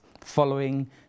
following